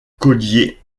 collier